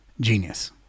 genius